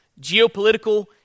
geopolitical